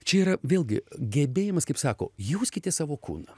čia yra vėlgi gebėjimas kaip sako jauskite savo kūną